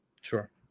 Sure